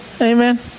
amen